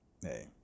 hey